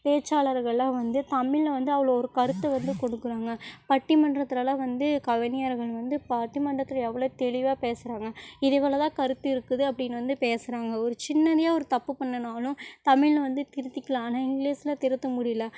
பேச்சாளர்கள்லாம் வந்து தமிழ்ல வந்து அவ்வளோ ஒரு கருத்து வந்து கொடுக்குறாங்க பட்டிமன்றத்திலலாம் வந்து கவிஞர்கள் வந்து பட்டிமன்றத்தில் எவ்ளோ தெளிவா பேசுறாங்க இது இவ்வளோ தான் கருத்து இருக்குது அப்படின்னு வந்து பேசுகிறாங்க ஒரு சின்னனியா ஒரு தப்பு பண்ணுனாலும் தமிழ்ல வந்து திருத்திக்கலாம் ஆனால் இங்கிலீஸ்ல திருத்த முடியல